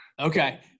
Okay